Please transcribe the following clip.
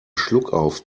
schluckauf